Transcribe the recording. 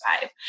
five